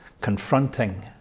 confronting